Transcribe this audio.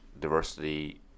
diversity